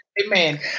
Amen